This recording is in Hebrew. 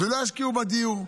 לא ישקיעו בדיור,